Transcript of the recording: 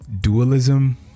Dualism